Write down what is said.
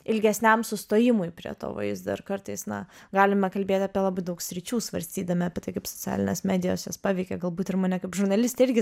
ilgesniam sustojimui prie to vaizdo ir kartais na galime kalbėt apie labai daug sričių svarstydami apie tai kaip socialinės medijos juos paveikė galbūt ir mane kaip žurnalistę irgi